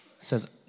says